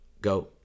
go